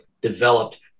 developed